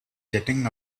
jetting